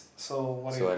so what do you